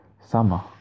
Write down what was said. Summer